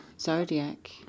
zodiac